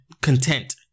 content